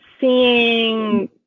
seeing